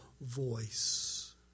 voice